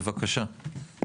בבקשה.